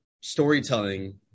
storytelling